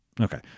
Okay